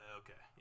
okay